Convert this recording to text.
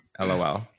LOL